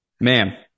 ma'am